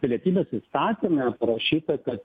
pilietybės įstatyme parašyta kad